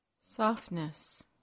softness